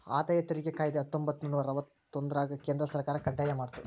ಆದಾಯ ತೆರಿಗೆ ಕಾಯ್ದೆ ಹತ್ತೊಂಬತ್ತನೂರ ಅರವತ್ತೊಂದ್ರರಾಗ ಕೇಂದ್ರ ಸರ್ಕಾರ ಕಡ್ಡಾಯ ಮಾಡ್ತು